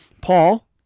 Paul